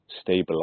stabilize